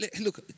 Look